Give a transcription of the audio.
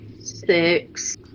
Six